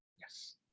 Yes